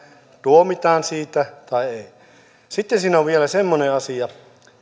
tuomitaan siitä tai ei sitten siinä on vielä semmoinen asia että